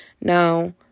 Now